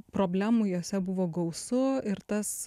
problemų jose buvo gausu ir tas